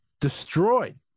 destroyed